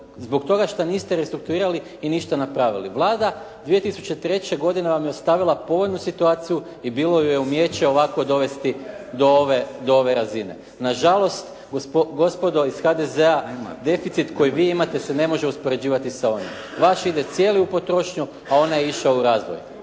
Zbog toga što niste restrukturirali i ništa napravili. Vlada 2003. godine vam je ostavila povoljnu situaciju i bilo ju je umijeće ovako dovesti do ove razine. Nažalost, gospodo iz HDZ-a deficit koji vi imate se ne može uspoređivati sa ovim. Vaš ide cijeli u potrošnju, a onaj je išao u razvoj.